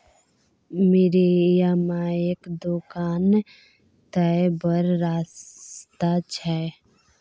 मिरिया मायक दोकान तए बड़ सस्ता छै